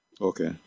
Okay